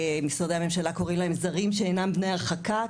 משרדי הממשלה קוראים להם זרים שאינם בני הרחקה,